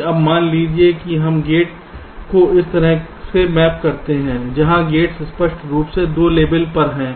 लेकिन अब मान लीजिए कि हम गेट को इस तरह से मैप करते हैं जहां गेट्स स्पष्ट रूप से 2 लेबल पर हैं